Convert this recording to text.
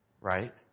right